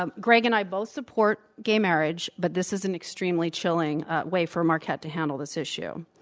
ah greg and i both support gay marriage, but this is an extremely chilling way for marquette to handle this issue.